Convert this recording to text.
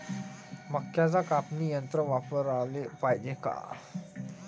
मक्क्याचं कापनी यंत्र वापराले पायजे का?